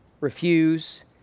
refuse